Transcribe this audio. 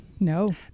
No